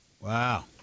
Wow